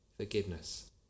Forgiveness